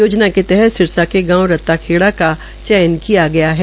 योजना के तहत सिरसा के गांव रत्ता खेड़ा का चयन किया किया है